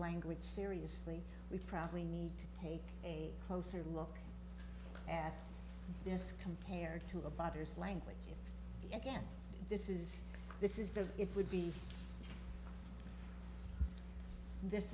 language seriously we probably need to take a closer look at this compared to a butters language again this is this is the it would be this